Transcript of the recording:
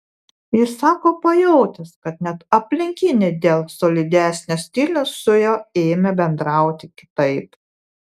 jis sako pajautęs kad net aplinkiniai dėl solidesnio stiliaus su juo ėmė bendrauti kitaip